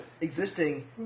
existing